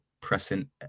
Pressing